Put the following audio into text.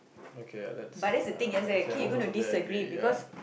okay that's that's was a really ya